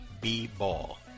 B-Ball